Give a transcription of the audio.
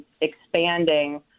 expanding